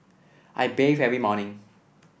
I bathe every morning